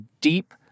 deep